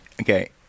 okay